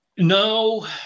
No